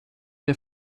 der